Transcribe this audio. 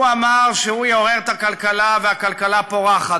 הוא אמר שהוא יעורר את הכלכלה וכי הכלכלה פורחת.